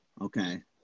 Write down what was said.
Okay